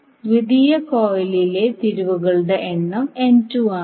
ദ്വിതീയ കോയിലിലെ തിരിവുകളുടെ എണ്ണം ആണ്